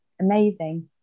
amazing